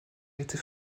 été